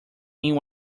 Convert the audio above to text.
mean